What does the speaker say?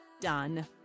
Done